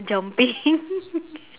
jumping